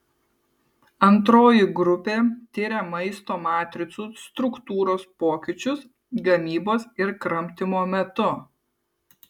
antroji grupė tiria maisto matricų struktūros pokyčius gamybos ir kramtymo metu